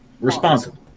responsible